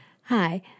Hi